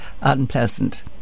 unpleasant